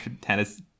tennis